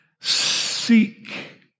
Seek